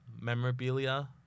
memorabilia